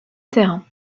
terrain